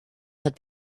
had